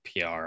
PR